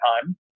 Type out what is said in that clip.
time